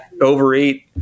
overeat